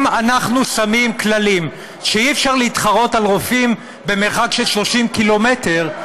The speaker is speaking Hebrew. אם אנחנו שמים כללים שאי-אפשר להתחרות על רופאים במרחק של 30 קילומטר,